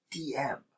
DM